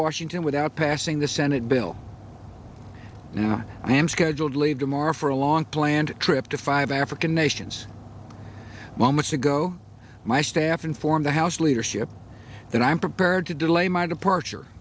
washington without passing the senate bill and i am scheduled to leave tomorrow for a long planned trip to five african nations moments ago my staff informed the house leadership that i'm prepared to delay my departure